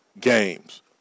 games